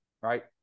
right